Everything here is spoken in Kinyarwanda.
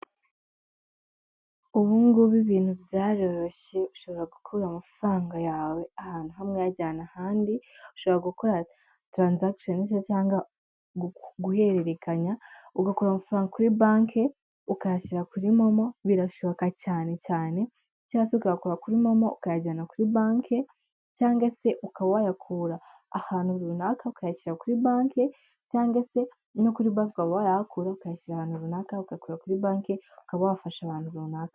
Ubu ngubu ibintu byaroroshye, ushobora gukura amafaranga yawe ahantu hamwe uyajyana ahandi, ushobora gukora transaction se cyangwa guhererekanya, ugakura amafaranga kuri banki ukayashyira kuri momo birashoboka cyane cyane, cyangwa ugakura kuri momo ukayajyana kuri banki, cyangwa se ukaba wayakura ahantu runaka ukayashyira kuri banki, cyangwa se no kuri banki wayahakura ukayishyira ahantu runaka, ukayakura kuri banki ukaba wafasha abantu runaka.